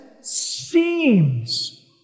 seems